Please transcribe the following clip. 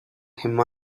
him